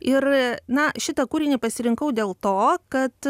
ir na šitą kūrinį pasirinkau dėl to kad